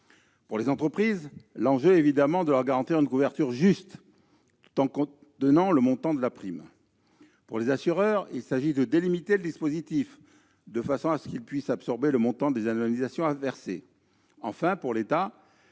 Pour les entreprises, l'enjeu est évidemment de garantir une couverture juste, tout en contenant le montant de la prime. Pour les assureurs, il s'agit de délimiter le dispositif, afin de pouvoir absorber le montant des indemnisations à verser. Pour l'État,